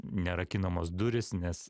nerakinamos durys nes